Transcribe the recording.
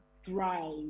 thrive